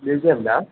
మ్యూజియందా